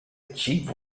cheap